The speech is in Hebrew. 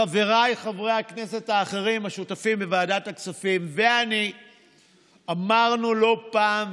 חבריי חברי הכנסת האחרים השותפים בוועדת הכספים ואני אמרנו לא פעם,